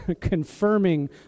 confirming